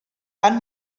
van